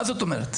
מה זאת אומרת?